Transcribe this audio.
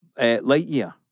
Lightyear